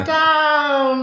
down